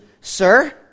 sir